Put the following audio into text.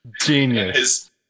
Genius